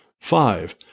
Five